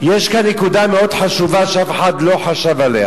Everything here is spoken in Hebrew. יש כאן נקודה מאוד חשובה שאף אחד לא חשב עליה.